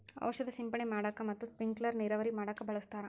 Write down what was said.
ಔಷದ ಸಿಂಡಣೆ ಮಾಡಾಕ ಮತ್ತ ಸ್ಪಿಂಕಲರ್ ನೇರಾವರಿ ಮಾಡಾಕ ಬಳಸ್ತಾರ